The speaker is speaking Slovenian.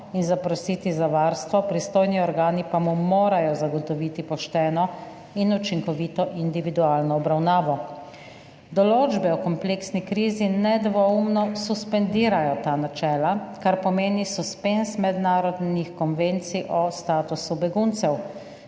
in zaprositi za varstvo, pristojni organi pa mu morajo zagotoviti pošteno in učinkovito individualno obravnavo. Določbe o kompleksni krizi nedvoumno suspendirajo ta načela, kar pomeni suspenz mednarodnih konvencij o statusu beguncev.